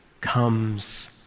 comes